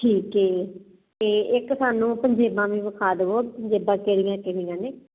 ਠੀਕ ਏ ਤੇ ਇੱਕ ਸਾਨੂੰ ਪੰਜੇਬਾਂ ਵੀ ਵਿਖਾ ਦਵੋ ਜਿੱਦਾਂ ਕਿਹੜੀਆਂ ਕਿਹੜੀਆਂ ਨੇ